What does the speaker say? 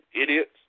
idiots